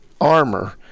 armor